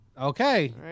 Okay